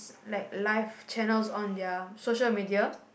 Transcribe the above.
like live channels on their social media